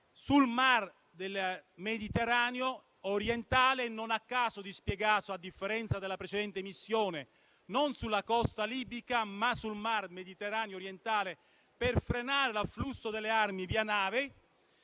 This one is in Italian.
sul mar Mediterraneo orientale? Non a caso, a differenza della precedente missione, questa si dispiega non sulla costa libica, ma sul mar Mediterraneo orientale, per frenare l'afflusso delle armi via nave.